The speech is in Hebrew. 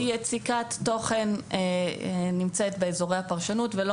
יציקת תוכן נמצאת באזורי הפרשנות ולא